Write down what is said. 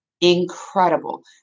incredible